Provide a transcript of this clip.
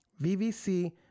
VVC